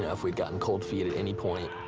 ah if we'd gotten cold feet at any point.